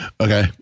Okay